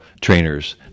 trainers